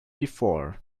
before